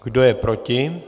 Kdo je proti?